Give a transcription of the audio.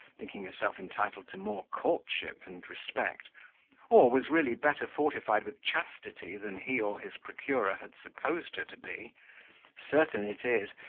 thinking herself entitled to more courtship and respect or was really better fortified with chastity than he or his procurer had supposed her to be certain it is,